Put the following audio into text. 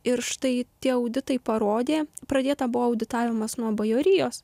ir štai tie auditai parodė pradėta buvo auditavimas nuo bajorijos